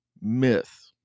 myth